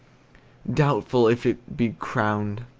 doubtful if it be crowned!